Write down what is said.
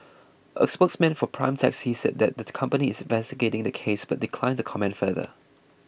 a spokesman for Prime Taxi said that the company is investigating the case but declined to comment further